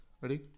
Ready